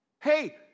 Hey